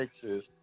Texas